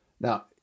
Now